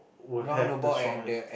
will have the strongest